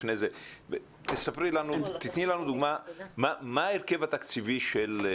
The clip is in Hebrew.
לפני זה תתני לנו דוגמה מה ההרכב התקציבי של..